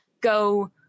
go